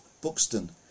Buxton